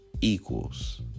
equals